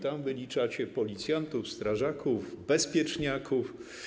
Tam wyliczacie policjantów, strażaków, bezpieczniaków.